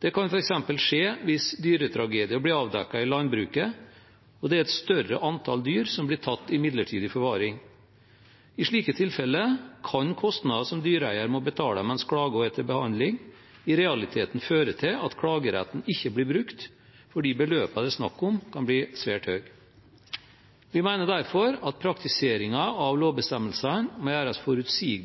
Det kan f.eks. skje hvis dyretragedier blir avdekket i landbruket og det er et større antall dyr som blir tatt i midlertidig forvaring. I slike tilfeller kan kostnader som dyreeieren må betale mens klagen er til behandling, i realiteten føre til at klageretten ikke blir brukt, fordi beløpene det er snakk om, kan bli svært høye. Vi mener derfor at praktiseringen av lovbestemmelsene